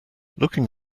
looking